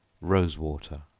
rose water.